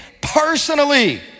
personally